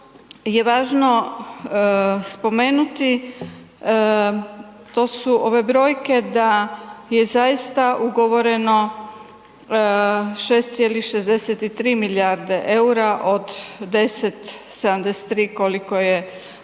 je važno spomenuti to su ove brojke da je zaista ugovoreno 6,63 milijarde EUR-a od 10,73 koliko je